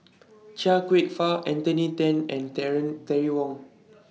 Chia Kwek Fah Anthony Then and Terry Wong